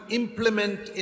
implement